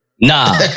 Nah